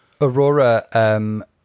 Aurora